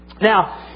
Now